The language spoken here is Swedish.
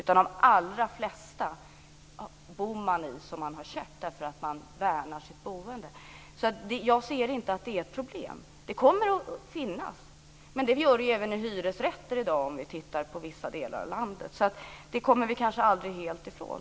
Man bor i de allra flesta därför att man värnar om sitt boende. Jag ser alltså inte att detta är ett problem. Det kommer att finnas, men det gör det ju även i hyresrätter i dag om vi tittar på vissa delar av landet. Det kommer vi kanske aldrig helt ifrån.